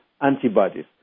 antibodies